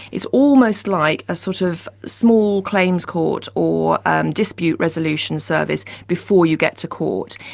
it's almost like a, sort of, small claims court or and dispute resolution service before you get to court.